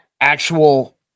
actual